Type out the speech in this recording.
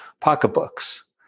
pocketbooks